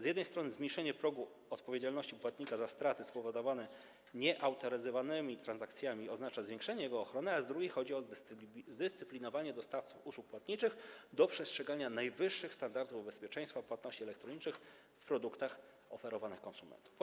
Z jednej strony zmniejszenie progu odpowiedzialności płatnika za straty spowodowane nieautoryzowanymi transakcjami oznacza zwiększenie jego ochrony, a z drugiej strony chodzi o zdyscyplinowanie dostawców usług płatniczych w zakresie przestrzegania najwyższych standardów bezpieczeństwa płatności elektronicznych w produktach oferowanych konsumentom.